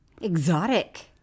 Exotic